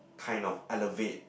kind of elevate